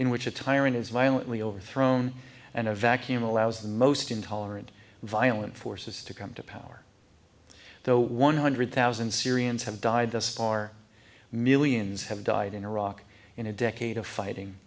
in which a tyrant is violently overthrown and a vacuum allows the most intolerant violent forces to come to power though one hundred thousand syrians have died thus far millions have died in iraq in a decade of fighting